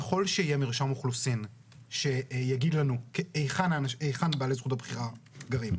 ככל שיהיה מרשם אוכלוסין שיגיד לנו היכן בעלי זכות הבחירה גרים,